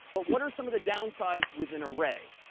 but what are some of the downsides with an array?